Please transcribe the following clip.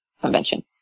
convention